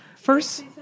First